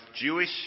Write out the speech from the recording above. Jewish